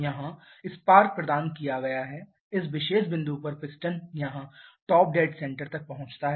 यहाँ स्पार्क प्रदान किया गया है इस विशेष बिंदु पर पिस्टन यहाँ टॉप डेड सेंटर तक पहुँचता है